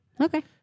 Okay